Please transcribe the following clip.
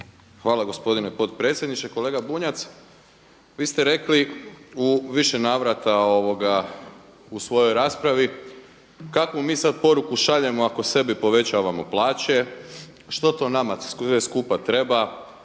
Hvala gospodine potpredsjedniče. Kolega Bunjac, vi ste rekli u više navrta u svojoj raspravi kakvu mi sada poruku šaljemo ako sebi povećavamo plaće, što to nam skupa treba,